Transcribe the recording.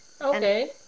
Okay